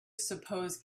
suppose